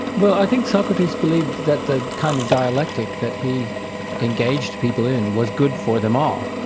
well i think socrates believed that that kind of dialectic that he engaged people in was good for them all,